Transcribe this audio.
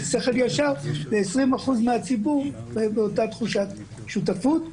של שכל ישר ל-20% מהציבור באותה תחושת שותפות,